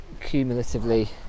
cumulatively